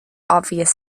obvious